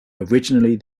originally